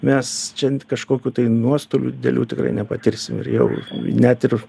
mes čia kažkokių tai nuostolių didelių tikrai nepatirsim ir jau net ir